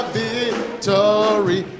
victory